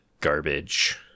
garbage